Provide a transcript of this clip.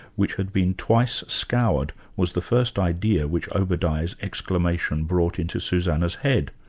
which had been twice scoured, was the first idea which obadiah's exclamation brought into suzanna's head.